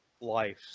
life